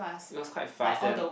it was quite fast then